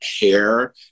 hair